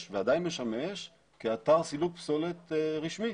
ועדיין משמש כאתר סילוק פסולת רשמי,